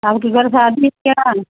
आपके घर शादी है क्या